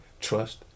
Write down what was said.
trust